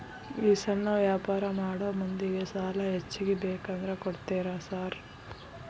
ಈ ಸಣ್ಣ ವ್ಯಾಪಾರ ಮಾಡೋ ಮಂದಿಗೆ ಸಾಲ ಹೆಚ್ಚಿಗಿ ಬೇಕಂದ್ರ ಕೊಡ್ತೇರಾ ಸಾರ್?